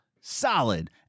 solid